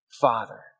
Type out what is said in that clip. Father